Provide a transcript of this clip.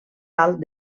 alt